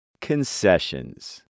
Concessions